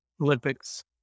Olympics